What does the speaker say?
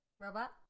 Robot